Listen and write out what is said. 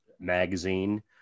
Magazine